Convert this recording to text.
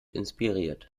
inspiriert